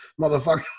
motherfucker